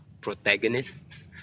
protagonists